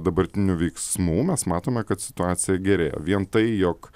dabartinių veiksmų mes matome kad situacija gerėja vien tai jog